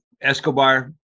Escobar